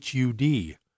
HUD